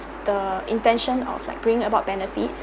the intention of like bring about benefit